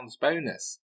bonus